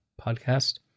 podcast